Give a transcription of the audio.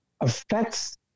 affects